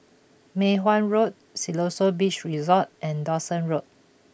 Mei Hwan Road Siloso Beach Resort and Dawson Road